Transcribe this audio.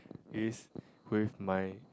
is with my